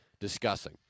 discussing